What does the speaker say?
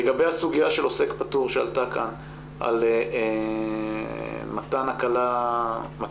לגבי הסוגיה של עוסק פטור שעלתה כאן על מתן הקלה לנשים,